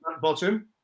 bottom